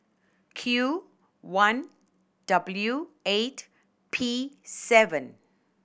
Q one W eight P seven